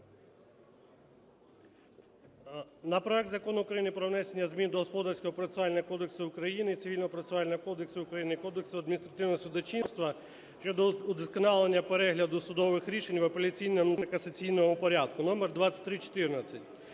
На проект Закону України про внесення змін до Господарського процесуального кодексу України, Цивільного процесуального кодексу України, Кодексу адміністративного судочинства щодо удосконалення перегляду судових рішень в апеляційному та касаційному порядку (№2314).